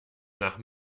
nach